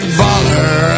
baller